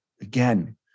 again